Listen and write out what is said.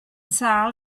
sâl